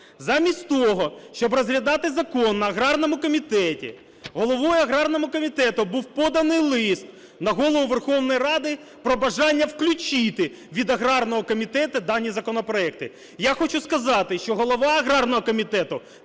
Замість того, щоб розглядати закон на аграрному комітеті, головою аграрного комітету був поданий лист на Голову Верховної Ради про бажання включити від аграрного комітету дані законопроекти. Я хочу сказати, що голова аграрного комітету